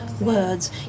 words